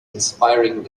inspiring